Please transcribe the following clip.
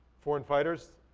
foreign fighter,